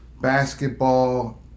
basketball